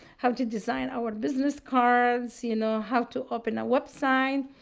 how to design our business cards, you know how to open a website.